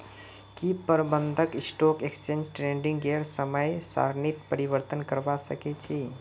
की प्रबंधक stock exchange ट्रेडिंगेर समय सारणीत परिवर्तन करवा सके छी